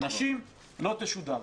ונשים לא תשודרנה.